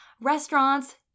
restaurants